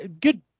good